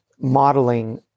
modeling